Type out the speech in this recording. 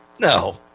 No